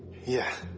yeah.